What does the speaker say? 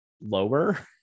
lower